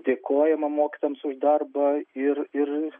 dėkojama mokytojams už darbą ir ir